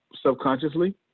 subconsciously